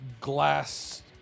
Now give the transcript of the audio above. glass